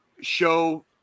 show